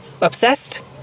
obsessed